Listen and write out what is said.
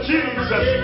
Jesus